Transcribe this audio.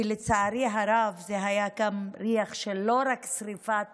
כי לצערי הרב זה היה ריח של לא רק של שרפת